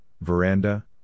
veranda